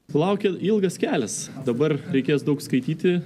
laukia ilgas kelias dabar reikės daug skaityti